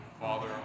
Father